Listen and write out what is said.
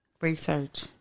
Research